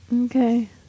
Okay